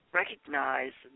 recognize